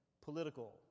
political